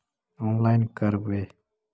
Online करवे?